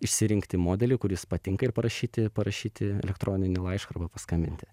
išsirinkti modelį kuris patinka ir parašyti parašyti elektroninį laišką arba paskambinti